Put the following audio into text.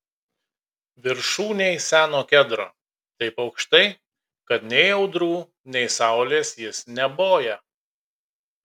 viršūnėj seno kedro taip aukštai kad nei audrų nei saulės jis neboja